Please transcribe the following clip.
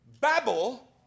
babel